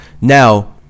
Now